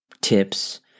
tips